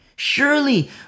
Surely